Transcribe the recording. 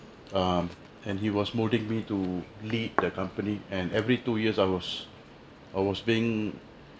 um and he was molding me to lead the company and every two years I was I was being